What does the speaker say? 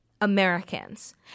Americans